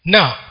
Now